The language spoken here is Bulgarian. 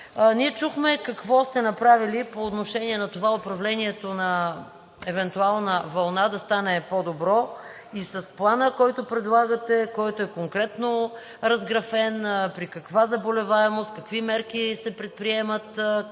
Ние чухме какво сте направили по отношение на това управлението на евентуална вълна да стане по-добро и с плана, който предлагате, който е конкретно разграфен – при каква заболеваемост какви мерки се предприемат,